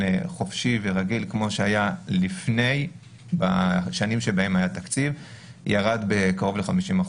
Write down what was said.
חופשי ורגיל כמו שהיה בשנים שבהן היה תקציב ירדה בקרוב ל-50%.